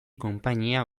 konpainia